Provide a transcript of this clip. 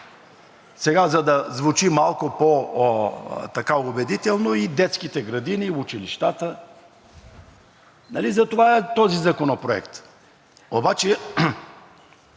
– за да звучи малко по-убедително – и детските градини, и училищата. Затова е този законопроект.